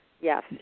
Yes